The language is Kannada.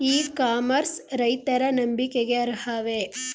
ಇ ಕಾಮರ್ಸ್ ರೈತರ ನಂಬಿಕೆಗೆ ಅರ್ಹವೇ?